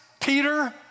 Peter